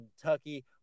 Kentucky